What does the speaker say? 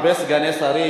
הרבה סגני שרים,